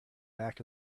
back